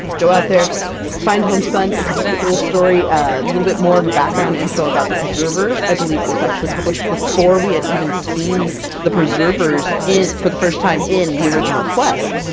go out there find homespun! it's a cute little story a little bit more of a background info about the preservers. i believe it was actually published before we had even seen the preservers in for the first time in the original quest!